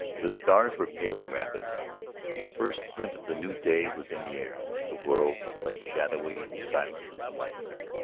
the stars were paling rapidly the first glint of the new day was in the air, the world lay shadowy and silent and lifeless,